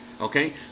okay